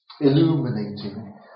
illuminating